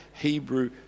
Hebrew